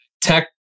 tech